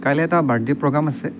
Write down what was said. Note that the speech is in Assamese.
কাইলৈ এটা বাৰ্থডে' প্ৰ'গ্ৰাম আছে